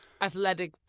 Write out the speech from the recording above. athletic